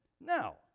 Now